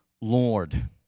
Lord